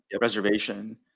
reservation